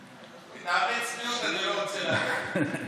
מטעמי צניעות אני לא רוצה להגיד.